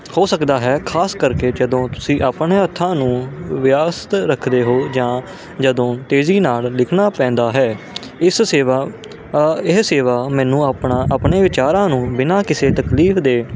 ਹੋ ਸਕਦਾ ਹੈ ਖਾਸ ਕਰਕੇ ਜਦੋਂ ਤੁਸੀਂ ਆਪਣੇ ਹੱਥਾਂ ਨੂੰ ਵਿਅਸਤ ਰੱਖਦੇ ਹੋ ਜਾਂ ਜਦੋਂ ਤੇਜ਼ੀ ਨਾਲ ਲਿਖਣਾ ਪੈਂਦਾ ਹੈ ਇਸ ਸੇਵਾ ਇਹ ਸੇਵਾ ਮੈਨੂੰ ਆਪਣਾ ਆਪਣੇ ਵਿਚਾਰਾਂ ਨੂੰ ਬਿਨਾਂ ਕਿਸੇ ਤਕਲੀਫ ਦੇ